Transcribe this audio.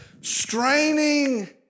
straining